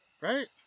Right